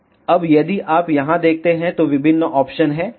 अब यदि आप यहाँ देखते हैं तो विभिन्न ऑप्शन हैं ठीक